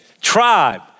tribe